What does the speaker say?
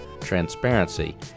transparency